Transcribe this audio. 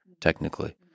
technically